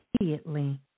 immediately